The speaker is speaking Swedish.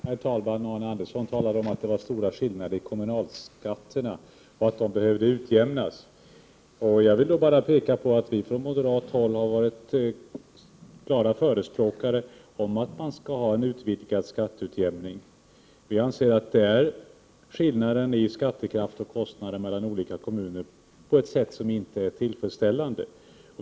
Herr talman! Arne Andersson i Gamleby talade om att det var stora skillnader i kommunalskatterna och att de behövde utjämnas. Jag vill påpeka att vi moderater har varit klara förespråkare för att man skall ha en utvidgad skatteutjämnning. Vi anser att det är skillnaden i skattekraft och kostnader mellan olika kommuner som inte är tillfredsställande.